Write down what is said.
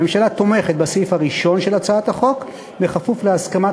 הממשלה תומכת בסעיף הראשון של הצעת החוק בכפוף להסכמת